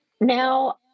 now-